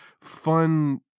fun